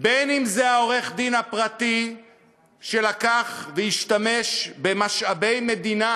בין אם זה עורך-הדין הפרטי שלקח והשתמש במשאבי מדינה